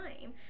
time